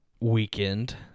weekend